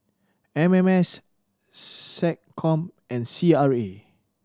M M S SecCom and C R A